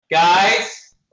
Guys